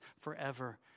forever